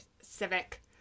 civic